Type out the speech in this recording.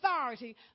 authority